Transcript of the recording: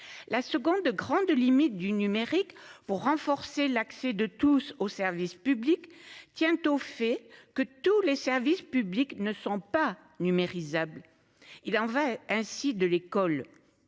La seconde grande limite du numérique pour renforcer l'accès de tous au service public tient au fait que tous les services publics ne sont pas numérisables. Il en va ainsi de l'école.